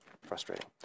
frustrating